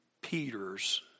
Peter's